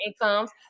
incomes